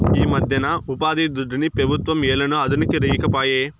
ఈమధ్యన ఉపాధిదుడ్డుని పెబుత్వం ఏలనో అదనుకి ఈకపాయే